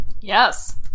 Yes